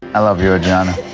i love you audriana.